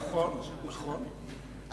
נכון, נכון.